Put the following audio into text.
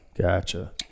Gotcha